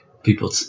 People